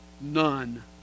None